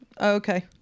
Okay